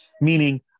Meaning